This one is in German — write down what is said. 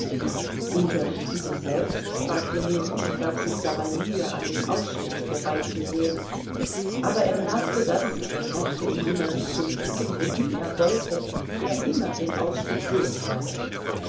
unterrichten sie selbst fragte ljewin und gab sich dabei mühe an dem ausschnitt vorbeizusehen aber er merkte daß er mochte in jener richtung blicken wohin er wollte er immer den ausschnitt sehen werde